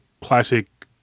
classic